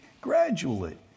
Gradually